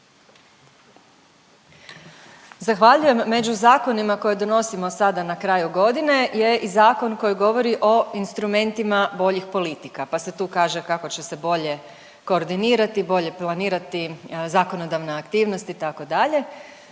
Zahvaljujem. Među zakonima koje donosimo sada na kraju godine je i zakon koji govori o instrumentima boljih politika pa se tu kaže kako će se bolje koordinirati, bolje planirati zakonodavne aktivnosti itd..